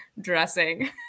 dressing